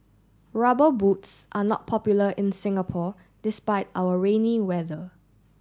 rubber boots are not popular in Singapore despite our rainy weather